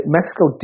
Mexico